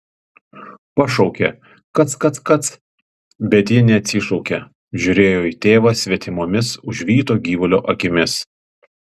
pašaukė kac kac kac bet ji neatsišaukė žiūrėjo į tėvą svetimomis užvyto gyvulio akimis